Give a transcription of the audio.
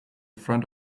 front